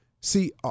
See